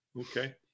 okay